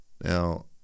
Now